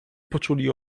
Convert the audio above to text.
poczuli